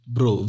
Bro